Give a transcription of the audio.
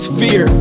fear